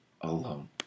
alone